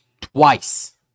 twice